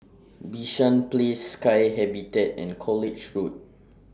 Bishan Place Sky Habitat and College Road